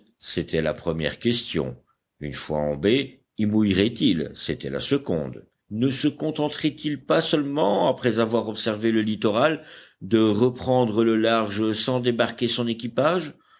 c'était la première question une fois en baie y mouillerait il c'était la seconde ne se contenterait il pas seulement après avoir observé le littoral de reprendre le large sans débarquer son équipage